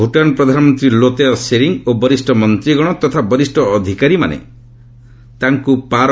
ଭୁଟାନ୍ ପ୍ରଧାନମନ୍ତ୍ରୀ ଲୋତୟ ସେରିଙ୍ଗ୍ ଓ ବରିଷ୍ଠ ମନ୍ତିଗଣ ତଥା ବରିଷ୍ଣ ଅଧିକାରୀମାନେ ତାଙ୍କୁ ପାରେ